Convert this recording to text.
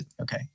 Okay